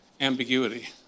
ambiguity